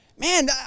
Man